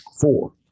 Four